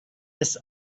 this